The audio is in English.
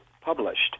published